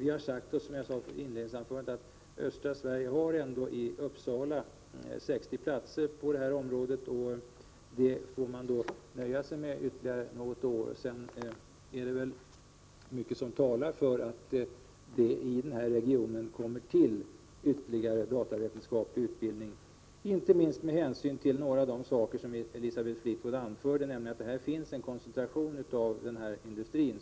Vi har, som jag sade i mitt inledningsanförande, sagt oss att östra Sverige ändå i Uppsala har 60 platser på det här området; det får man nöja sig med ytterligare något år. Sedan är det väl mycket som talar för att det i den här regionen kommer till ytterligare datavetenskaplig utbildning, inte minst med hänsyn till några av de saker som Elisabeth Fleetwood anförde, nämligen att det här finns en koncentration av dataoch elektronikindustri